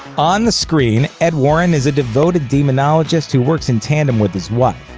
on the screen, ed warren is a devoted demonologist who works in tandem with his wife.